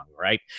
right